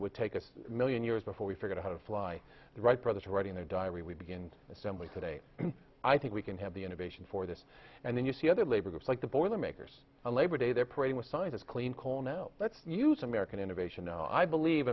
it would take a million years before we figure out how to fly the wright brothers writing a diary we begin assembly today i think we can have the innovation for this and then you see other labor groups like the boilermakers and labor day they're praying with science as clean coal now let's use american innovation no i believe